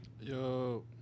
Yo